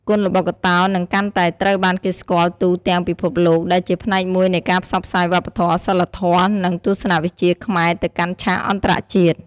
គុនល្បុក្កតោនឹងកាន់តែត្រូវបានគេស្គាល់ទូទាំងពិភពលោក ដែលជាផ្នែកមួយនៃការផ្សព្វផ្សាយវប្បធម៌ សីលធម៌ និងទស្សនវិជ្ជាខ្មែរទៅកាន់ឆាកអន្តរជាតិ។